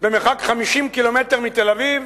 במרחק 50 ק"מ מתל-אביב,